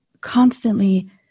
constantly